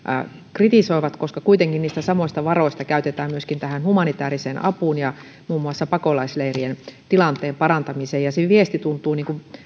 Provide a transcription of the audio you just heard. kritisoivat koska kuitenkin niitä samoja varoja käytetään myöskin tähän humanitääriseen apuun ja muun muassa pakolaisleirien tilanteen parantamiseen se viesti tuntuu